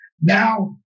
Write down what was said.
now